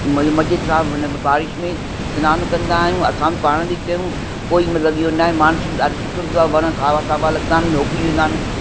मज़े मज़े सां हुन में बारिश में सनान कंदा आहियूं असां बि पाण बी कयूं कोई मतिलबु इहो न आहे मानसून ॾाढो सुठो हूंदो आहे वण सावा सावा लॻंदा आहिनि धोपी वेंदा आहिनि